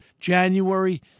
January